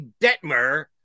Detmer